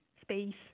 space